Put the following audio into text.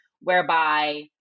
whereby